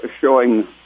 showing